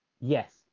Yes